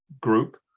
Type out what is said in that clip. group